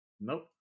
Nope